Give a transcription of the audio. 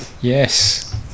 Yes